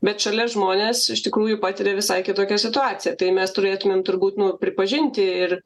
bet šalia žmonės iš tikrųjų patiria visai kitokią situaciją tai mes turėtumėm turbūt nu pripažinti ir